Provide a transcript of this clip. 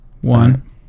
One